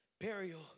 burial